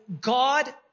God